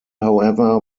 however